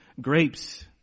grapes